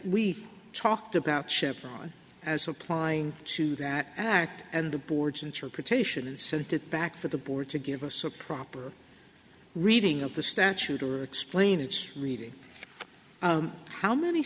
we talked about chipper as applying to that act and the board's interpretation and said that back for the board to give us a proper reading of the statute or explain its reading how many